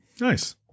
Nice